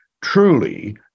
truly